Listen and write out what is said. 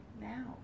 now